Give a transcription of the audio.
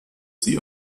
sie